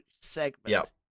segment